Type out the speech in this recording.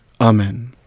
Amen